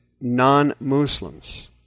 non-Muslims